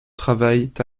travaillent